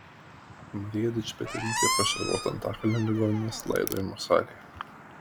marija dičpetrytė pašarvota antakalnio ligoninės laidojimo salėje